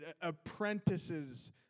apprentices